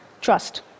trust